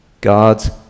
God's